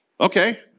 okay